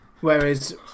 Whereas